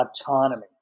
autonomy